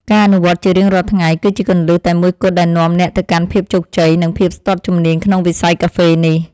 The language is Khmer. ការអនុវត្តជារៀងរាល់ថ្ងៃ គឺជាគន្លឹះតែមួយគត់ដែលនាំអ្នកទៅកាន់ភាពជោគជ័យ និងភាពស្ទាត់ជំនាញក្នុងវិស័យកាហ្វេនេះ។